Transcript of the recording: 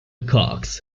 cox